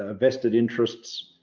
ah vested interests.